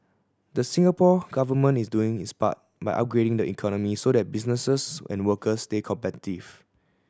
the Singapore Government is doing its part by upgrading the economy so that businesses and workers stay competitive